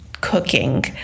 cooking